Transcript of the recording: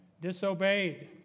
disobeyed